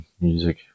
music